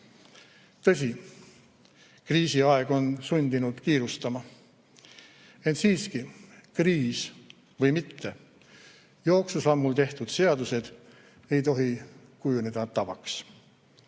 Tõsi, kriisiaeg on sundinud kiirustama. Ent siiski, kriis või mitte, jooksusammul tehtud seadused ei tohi kujuneda tavaks.